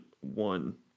one